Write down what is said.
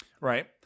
Right